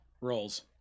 rolls